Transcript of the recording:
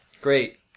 Great